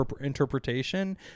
interpretation